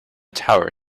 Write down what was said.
tower